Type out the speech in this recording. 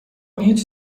هیچ